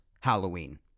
Halloween